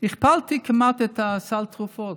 הכפלתי כמעט את סל התרופות,